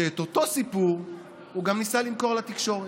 ואת אותו סיפור הוא ניסה למכור גם לתקשורת.